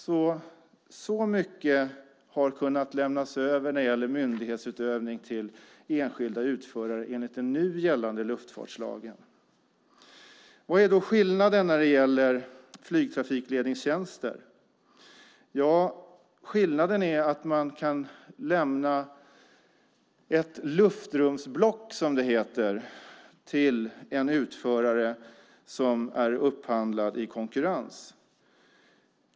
Så mycket har kunnat lämnas över när det gäller myndighetsutövning till enskilda utförare enligt den nu gällande luftfartslagen. Vad är då skillnaden när det gäller flygtrafikledningstjänster? Skillnaden är att man kan lämna ett luftrumsblock, som det heter, till en utförare som är upphandlad i konkurrens.